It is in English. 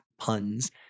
Puns